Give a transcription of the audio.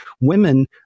Women